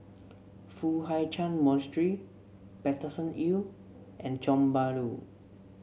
Foo Hai Ch'an Monastery Paterson Hill and Tiong Bahru